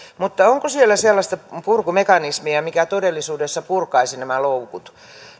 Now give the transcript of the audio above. mutta onko siellä sellaista purkumekanismia mikä todellisuudessa purkaisi nämä loukut